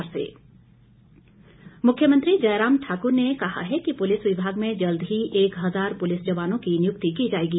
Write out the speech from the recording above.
मुख्यमंत्री मुख्यमंत्री जयराम ठाक्र ने कहा है कि पुलिस विभाग में जल्द ही एक हजार पुलिस जवानों की नियुक्ति की जाएगी